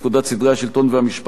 התש"ח 1948,